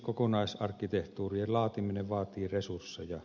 kokonaisarkkitehtuurien laatiminen vaatii resursseja